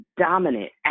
dominant